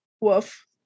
Woof